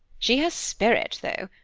she has spirit, though,